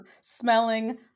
smelling